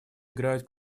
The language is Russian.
играют